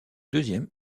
deuxième